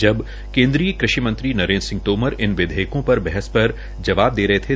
जब केन्द्रीय कृषि मंत्री नरेन्द्र सिंह तोमर इन विधेयकों पर बहस पर जबाब दे रहे थे